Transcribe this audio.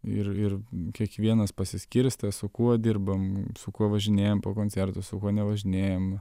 ir ir kiekvienas pasiskirstė su kuo dirbam su kuo važinėjam po koncertus su kuo nevažinėjam